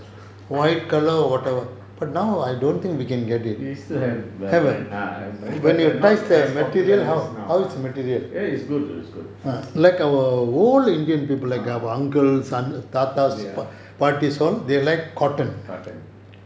they still have the brand ah have brand but not as popular as now lah ya it's good it's good ah cotton